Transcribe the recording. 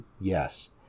yes